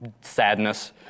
sadness